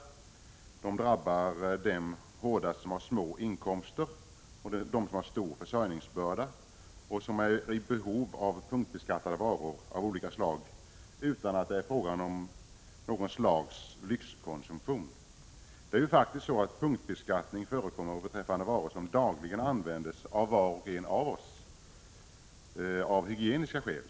De drabbar dem hårdast som har små inkomster och dem som har stor försörjningsbörda och är i behov av punktbeskattade varor av olika slag utan att det är fråga om någon sorts lyxkonsumtion. Punktbeskattning förekommer ju faktiskt beträffande varor som dagligen används av var och en av oss av hygieniska skäl.